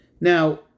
Now